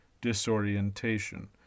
disorientation